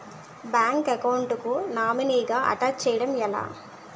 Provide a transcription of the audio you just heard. Bank account కి nominee గా attach చేయడం ఎలా?